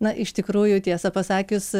na iš tikrųjų tiesą pasakius